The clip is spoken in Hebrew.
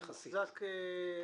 יחסית.